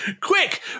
Quick